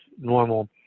normal